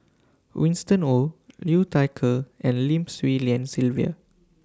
Winston Oh Liu Thai Ker and Lim Swee Lian Sylvia